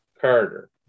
Carter